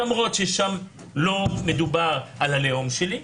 למרות ששם לא מדובר על הלאום שלי,